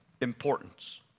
importance